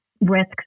risks